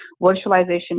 virtualization